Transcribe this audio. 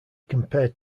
compared